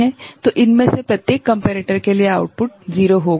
तो इनमें से प्रत्येक कम्पेरेटर के लिए आउटपुट 0 होगा